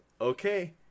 Okay